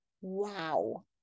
wow